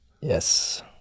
Yes